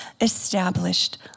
established